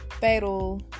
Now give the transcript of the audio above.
fatal